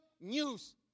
news